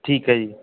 ਠੀਕ ਹੈ ਜੀ